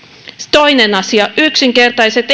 toinen asia yksinkertaiset